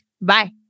Bye